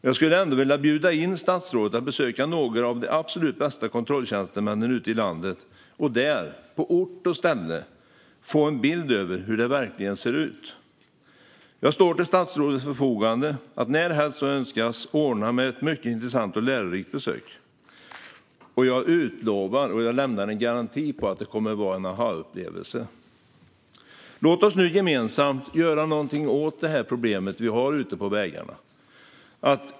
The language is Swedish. Jag skulle ändå vilja bjuda in statsrådet att besöka några av de absolut bästa kontrolltjänstemännen ute i landet och där, på ort och ställe, få en bild av hur det verkligen ser ut. Jag står till statsrådets förfogande för att, närhelst så önskas, ordna ett mycket intressant och lärorikt besök. Jag garanterar att det kommer att vara en aha-upplevelse. Låt oss nu gemensamt göra något åt det problem vi har ute på vägarna.